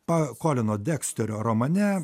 pa kolino deksterio romane